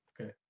Okay